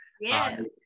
Yes